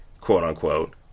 quote-unquote